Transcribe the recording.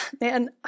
Man